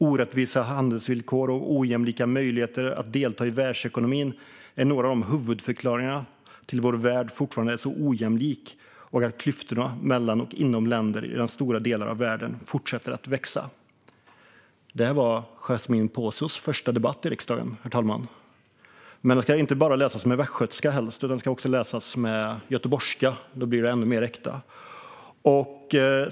Orättvisa handelsvillkor och ojämlika möjligheter att delta i världsekonomin är några av huvudförklaringarna till att vår värld fortfarande är så ojämlik och att klyftorna mellan och inom länder i stora delar av världen fortsätter att växa." Det var från Yasmine Posios första debatt i riksdagen, herr talman. Det ska dock helst inte läsas på västgötska utan på göteborgska; då blir det ännu mer äkta.